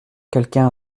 quelqu’un